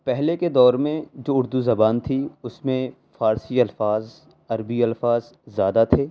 پہلے کے دور میں جو اردو زبان تھی اس میں فارسی الفاظ عربی الفاظ زیادہ تھے